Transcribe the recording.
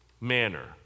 manner